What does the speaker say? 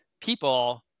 people